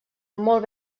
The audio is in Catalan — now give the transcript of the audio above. molt